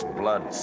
blood